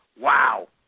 Wow